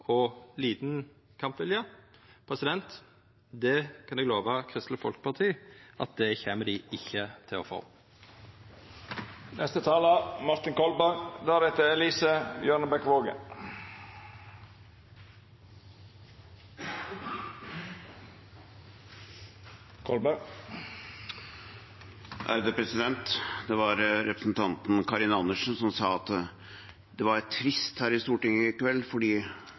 og liten kampvilje. Eg kan lova Kristeleg Folkeparti at det kjem dei ikkje til å få. Det var representanten Karin Andersen som sa at det var trist her i Stortinget i kveld fordi